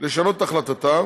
לשנות את החלטתה